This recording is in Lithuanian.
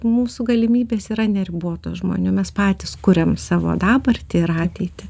mūsų galimybės yra neribotos žmonių mes patys kuriam savo dabartį ir ateitį